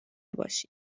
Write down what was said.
باشید